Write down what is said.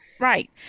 right